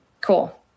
Cool